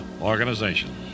organization